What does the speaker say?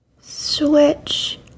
Switch